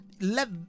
Let